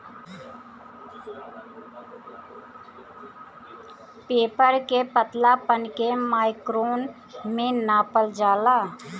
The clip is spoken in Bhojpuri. पेपर के पतलापन के माइक्रोन में नापल जाला